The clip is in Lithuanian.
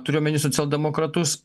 turiu omeny socialdemokratus